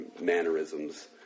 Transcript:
mannerisms